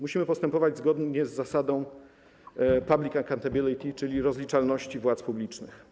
Musimy postępować zgodnie z zasadą public accountability, czyli rozliczalności władz publicznych.